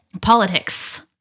Politics